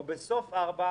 או בסוף סוציו ארבע,